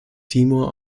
timor